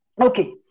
Okay